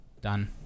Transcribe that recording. Done